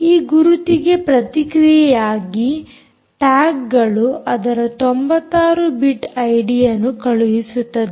ಈ ಗುರುತಿಗೆ ಪ್ರತಿಕ್ರಿಯೆಯಾಗಿ ಟ್ಯಾಗ್ಗಳು ಅದರ 96 ಬಿಟ್ ಐಡಿಯನ್ನು ಕಳಿಸುತ್ತದೆ